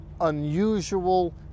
unusual